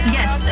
Yes